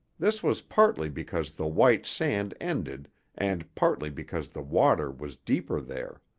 this was partly because the white sand ended and partly because the water was deeper there.